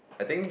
I think